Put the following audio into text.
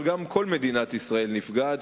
אבל גם כל מדינת ישראל נפגעת,